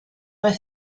mae